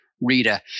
Rita